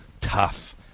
tough